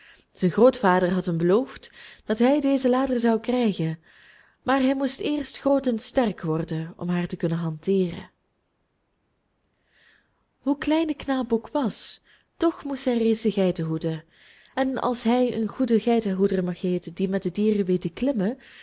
zijn grootvader had hem beloofd dat hij deze later zou krijgen maar hij moest eerst groot en sterk worden om haar te kunnen hanteeren hoe klein de knaap ook was toch moest hij reeds de geiten hoeden en als hij een goede geitenhoeder mag heeten die met de dieren weet te klimmen